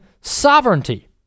sovereignty